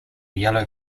yellow